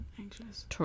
anxious